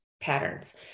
patterns